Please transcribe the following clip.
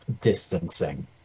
distancing